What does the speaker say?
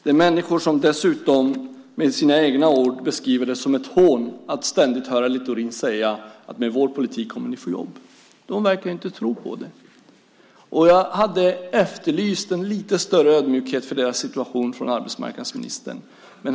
Det är människor som dessutom med sina egna ord beskriver det som ett hån att ständigt höra Littorin säga: Med vår politik kommer ni att få jobb. De verkar inte tro på det. Jag hade efterlyst en lite större ödmjukhet inför deras situation från arbetsmarknadsministern.